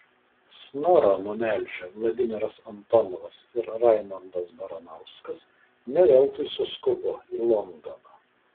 snorą numelžę vladimiras antonovas ir raimondas baranauskas ne veltui suskubo į londoną